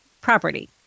property